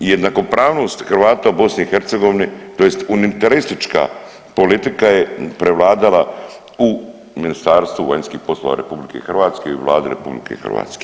I jednakopravnost Hrvata u BiH tj. unitaristička politika je prevladala u Ministarstvu vanjskih poslova RH i u Vladi RH.